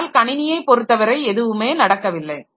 ஆனால் கணினியைப் பொறுத்தவரை எதுவுமே நடக்கவில்லை